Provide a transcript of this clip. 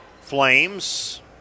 Flames